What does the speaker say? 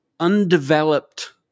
Undeveloped